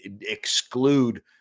exclude